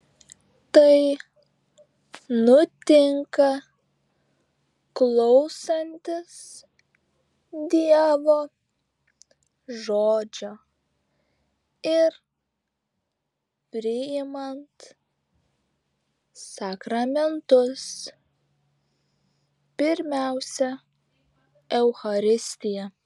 tai nutinka klausantis dievo žodžio ir priimant sakramentus pirmiausia eucharistiją